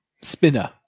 spinner